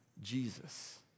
Jesus